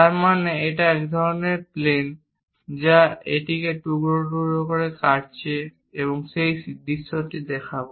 তার মানে এটা এক ধরনের প্লেন যা আমরা এটিকে টুকরো টুকরো করে কাটতে যাচ্ছি এবং সেই দৃশ্যটি দেখাব